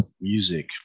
music